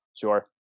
Sure